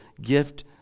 gift